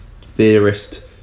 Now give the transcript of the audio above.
theorist